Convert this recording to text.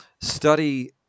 study